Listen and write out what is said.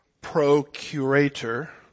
procurator